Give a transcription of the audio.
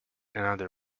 another